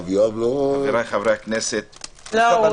חבריי חברי הכנסת --- איפה יואב?